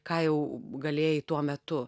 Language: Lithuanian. ką jau galėjai tuo metu